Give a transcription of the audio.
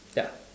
ya